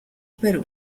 perú